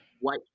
white